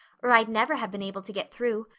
or i'd never have been able to get through.